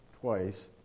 twice